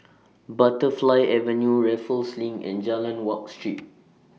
Butterfly Avenue Raffles LINK and Jalan Wak Street